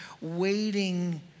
waiting